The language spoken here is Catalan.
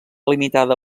limitada